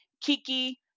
Kiki